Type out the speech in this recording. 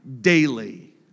daily